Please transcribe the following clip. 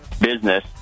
business